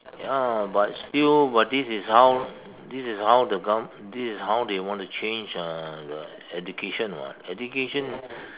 ya but still but this is how this is how the govern~ this is how they want to change uh the education [what] education